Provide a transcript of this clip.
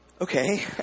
Okay